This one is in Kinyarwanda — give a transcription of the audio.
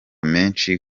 menshi